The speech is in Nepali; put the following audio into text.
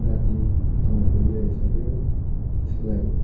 राति नौ बजीरहेको छ अहिले हो त्यसको लागि